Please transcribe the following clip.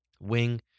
wing